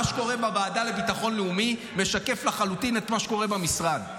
מה שקורה בוועדה לביטחון לאומי משקף לחלוטין את מה שקורה במשרד.